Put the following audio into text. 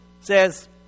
says